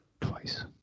Twice